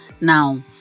Now